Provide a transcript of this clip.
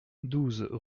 douze